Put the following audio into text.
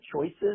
choices